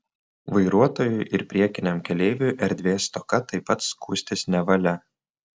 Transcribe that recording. vairuotojui ir priekiniam keleiviui erdvės stoka taip pat skųstis nevalia